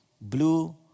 blue